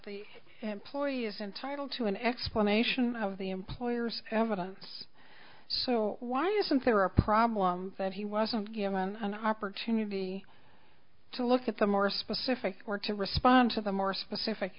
the employee is entitled to an explanation of the employer's evidence so why isn't there a problem that he wasn't given an opportunity to look at the more specific work to respond to the more specific